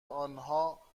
آنها